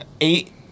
eight